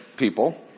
people